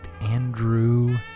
Andrew